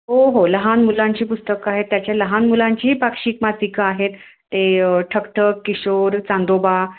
हो हो लहान मुलांची पुस्तकं आहेत त्याच्या लहान मुलांचीही पाक्षिक मासिकं आहेत ते ठकठक किशोर चांदोबा